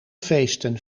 feestten